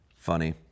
funny